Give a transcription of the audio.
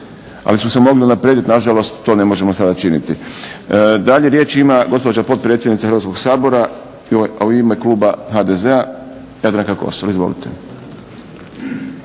ali su se mogli unaprijediti. Nažalost, to ne možemo sada činiti. Dalje riječ ima gospođa potpredsjednica Hrvatskog sabora a u ime Kluba HDZ-a Jadranka Kosor. Izvolite.